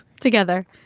together